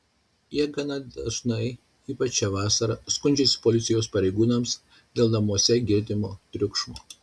jie gana dažnai ypač šią vasarą skundžiasi policijos pareigūnams dėl namuose girdimo triukšmo